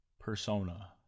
persona